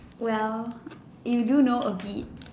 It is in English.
well you do know a bit